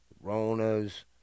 Rona's